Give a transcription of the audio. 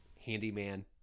handyman